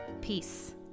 Peace